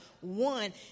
one